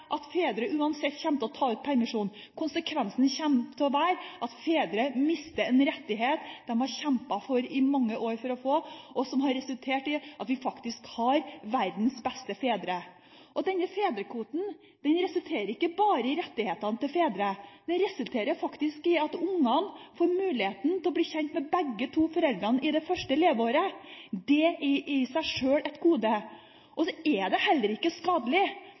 at fedre uansett kommer til å ta ut permisjon. Konsekvensen kommer til å være at fedre mister en rettighet de har kjempet i mange år for å få, og som har resultert i at vi faktisk har verdens beste fedre. Denne fedrekvoten resulterer ikke bare i rettighetene til fedre, den resulterer faktisk i at ungene får muligheten til å bli kjent med begge foreldrene i det første leveåret. Det er i seg sjøl et gode. Det er heller ikke skadelig at kvinner oppnår økt likestilling i arbeidslivet. Det er ikke skadelig